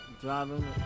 driving